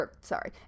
Sorry